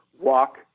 walk